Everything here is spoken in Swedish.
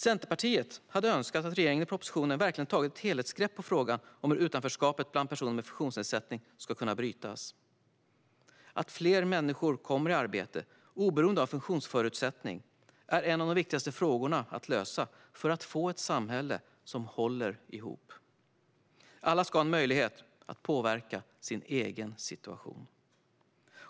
Centerpartiet önskar att regeringen i propositionen hade tagit ett helhetsgrepp på frågan hur utanförskapet bland personer med funktionsnedsättning ska kunna brytas. Att fler människor kommer i arbete oberoende av funktionsförutsättning är en av de viktigaste frågorna att lösa för att få ett samhälle som håller ihop. Alla ska ha en möjlighet att påverka sin egen situation.